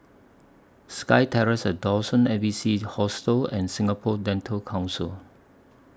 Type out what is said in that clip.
Sky Terrace ad Dawson A B C Hostel and Singapore Dental Council